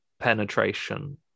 penetration